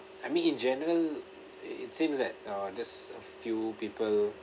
I mean in general it seems that uh just a few people